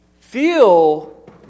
feel